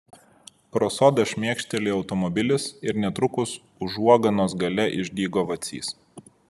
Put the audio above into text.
pro sodą šmėkštelėjo automobilis ir netrukus užuoganos gale išdygo vacys